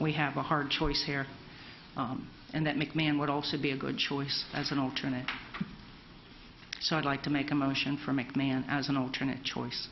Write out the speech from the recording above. we have a hard choice here and that mcmahon would also be a good choice as an alternate so i'd like to make a motion for mcmahon as an alternate choice